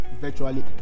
virtually